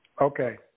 Okay